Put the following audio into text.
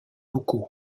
locaux